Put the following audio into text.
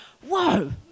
Whoa